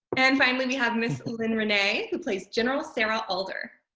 and finally we have miss lyne renee who plays general sarah alder.